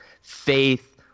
faith